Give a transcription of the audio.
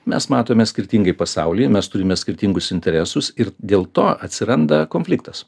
mes matome skirtingai pasaulį mes turime skirtingus interesus ir dėl to atsiranda konfliktas